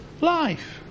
life